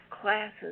classes